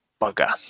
Bugger